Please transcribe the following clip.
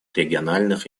региональных